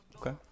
Okay